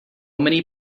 many